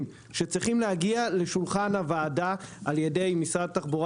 שצריכים להגיע לשולחן הוועדה על ידי משרד התחבורה